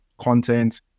content